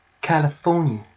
california